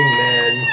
Amen